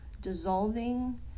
dissolving